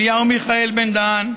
אליהו מיכאל בן-דהן,